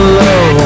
low